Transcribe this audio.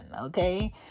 okay